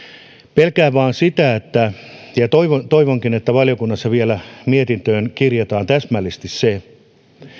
pelkään vain sitä ja toivonkin että valiokunnassa vielä mietintöön kirjataan täsmällisesti se